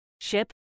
Ship